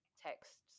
texts